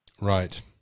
Right